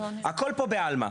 הכל פה בעלמא.